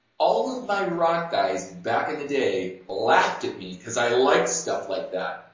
all of my rock guys back in the day laughed at me because i liked stuff like that,